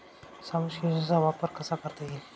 सामाजिक योजनेचा वापर कसा करता येईल?